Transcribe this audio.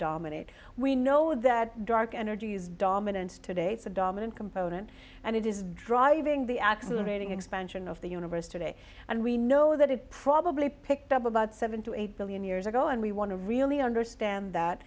dominate we know that dark energy is dharma today it's the dominant component and it is driving the accelerating expansion of the universe today and we know that it probably picked up about seven to eight billion years ago and we want to really understand that